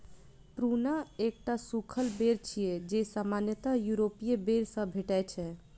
prune एकटा सूखल बेर छियै, जे सामान्यतः यूरोपीय बेर सं भेटै छै